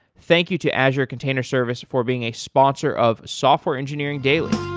thank you to azure container service for being a sponsor of software engineering daily